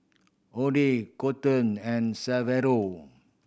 Oddie Kolton and Severo